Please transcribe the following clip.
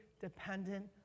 dependent